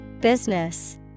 Business